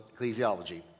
Ecclesiology